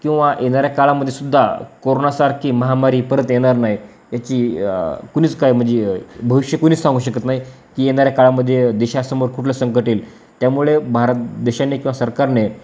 किंवा येणाऱ्या काळामध्ये सुद्धा कोरोनासारखी महामारी परत येणार नाही याची कुणीच काय म्हणजे भविष्य कुणीच सांगू शकत नाही की येणाऱ्या काळामध्ये देशासमोर कुठलं संकट येईल त्यामुळे भारत देशाने किंवा सरकारने